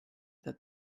that